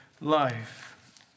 life